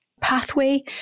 pathway